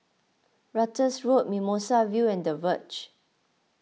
Ratus Road Mimosa View and the Verge